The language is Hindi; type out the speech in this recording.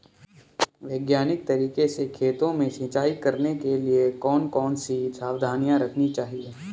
वैज्ञानिक तरीके से खेतों में सिंचाई करने के लिए कौन कौन सी सावधानी रखनी चाहिए?